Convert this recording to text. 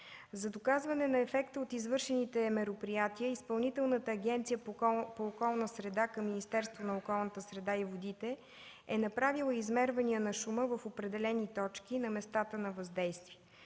За доказване на ефекта от извършените мероприятия, Изпълнителната агенция по околната среда към Министерството на околната среда и водите е направила измервания на шума в определени точки на местата на въздействие.